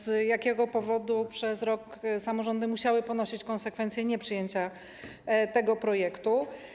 Z jakiego powodu przez rok samorządy musiały ponosić konsekwencje nieprzyjęcia tego projektu?